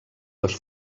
les